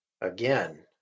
Again